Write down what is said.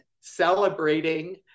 celebrating